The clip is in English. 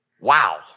Wow